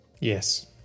Yes